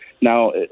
Now